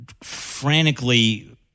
frantically